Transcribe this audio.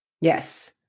Yes